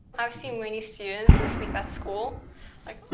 i've seen many students asleep at school like,